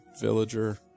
villager